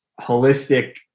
holistic